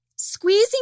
Squeezing